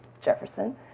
Jefferson